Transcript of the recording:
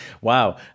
wow